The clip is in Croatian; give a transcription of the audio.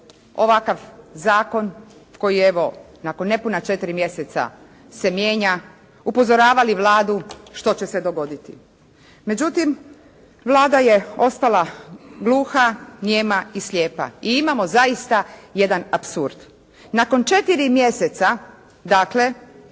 ovakav zakon koji evo nakon nepuna 4 mjeseca se mijenja, upozoravali Vladu što će se dogoditi. Međutim Vlada je ostala gluha, nijema i slijepa. I imamo zaista jedan apsurd. Nakon 4 mjeseca dakle